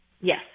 Yes